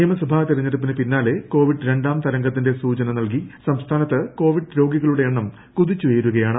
നിയമസഭ തിർഞ്ഞടുപ്പിന് പിന്നാലെ കൊവിഡ് രണ്ടാം തരംഗത്തിന്റെ സൂചന നൽകി സംസ്ഥാനത്ത് കൊവിഡ് രോഗികളുടെ എണ്ണം കുതിച്ചുയരുകയാണ്